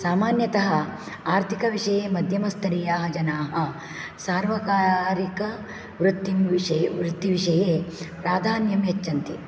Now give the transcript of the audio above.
सामान्यतः आर्थिकविषये मध्यमस्तरीयाः जनाः सार्वकारिकवृत्तिं विषये वृत्तिविषये प्राधान्यं यच्छन्ति